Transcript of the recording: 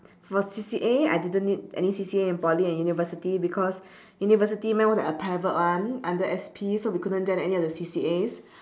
for C_C_A I didn't need any C_C_A in poly and university because university mine was like a private one under S P so we couldn't join any other C_C_As